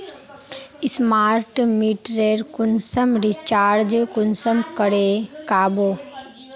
Smart मीटरेर कुंसम recharge कुंसम करे का बो?